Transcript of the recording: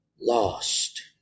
lost